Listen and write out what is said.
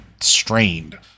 strained